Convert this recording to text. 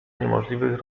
niemożliwych